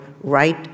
right